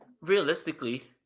realistically